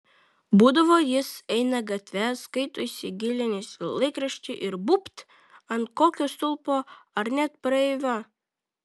būdavo jis eina gatve skaito įsigilinęs į laikraštį ir būbt ant kokio stulpo ar net praeivio